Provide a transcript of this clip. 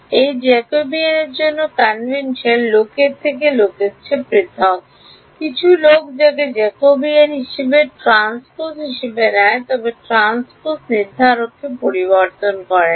এই জ্যাকবীয়দের জন্য কনভেনশন লোকের থেকে লোকের চেয়ে পৃথক হয় কিছু লোক যাকে যাকোবীয় হিসাবে ট্রান্সপোজ হিসাবে নেয় তবে ট্রান্সপোজ নির্ধারককে পরিবর্তন করে না